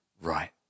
right